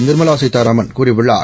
நிர்மலா சீதாராமன் கூறியுள்ளார்